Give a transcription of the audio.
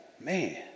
man